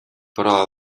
però